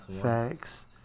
Facts